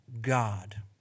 God